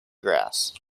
grass